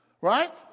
Right